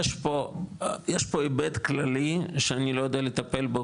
יש פה היבט כללי שאני לא יודע לטפל בו,